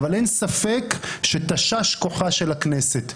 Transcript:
אבל אין ספק שתש כוחה של הכנסת.